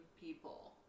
people